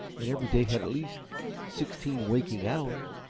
and every day had at least sixteen waking hours.